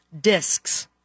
Discs